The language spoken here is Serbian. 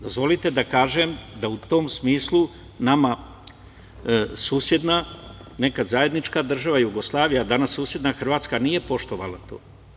Dozvolite da kažem da u tom smislu nama susedna, nekada zajednička država Jugoslavija, a danas susedna Hrvatska nije poštovala to.